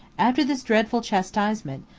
after this dreadful chastisement,